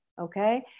okay